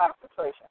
concentration